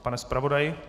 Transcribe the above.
Pane zpravodaji?